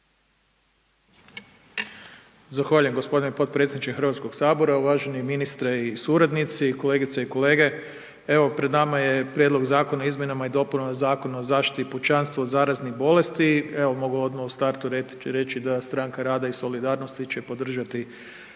Zahvaljujem gospodine potpredsjedniče Hrvatskog sabora. Uvaženi ministre i suradnici, kolegice i kolege evo pred nama je Prijedlog Zakona o izmjenama i dopunama Zakona o zaštiti pučanstva od zaraznih bolesti, evo mogu odmah u startu reći da Stranka rada i solidarnosti će podržati